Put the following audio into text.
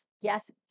Yes